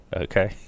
okay